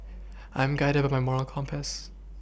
I am guided by my moral compass